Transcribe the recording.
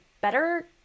better